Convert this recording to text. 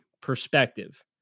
perspective